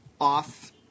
off